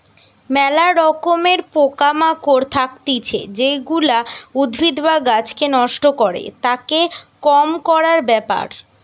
ম্যালা রকমের পোকা মাকড় থাকতিছে যেগুলা উদ্ভিদ বা গাছকে নষ্ট করে, তাকে কম করার ব্যাপার